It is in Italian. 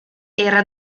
era